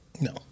No